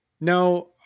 No